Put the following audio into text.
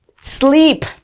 Sleep